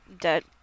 dead